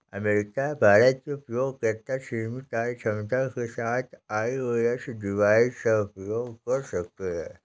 America, Bharat के उपयोगकर्ता सीमित कार्यक्षमता के साथ आई.ओ.एस डिवाइस का उपयोग कर सकते हैं